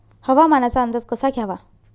हवामानाचा अंदाज कसा घ्यावा?